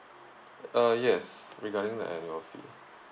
err yes regarding the annual fee